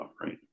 right